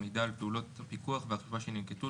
מידע על פעולות הפיקוח והאכיפה שננקטו,